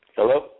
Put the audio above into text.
Hello